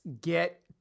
get